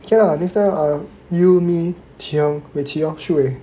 okay lah next time um you me Chee Hong Chee Hong Shi Wei